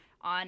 on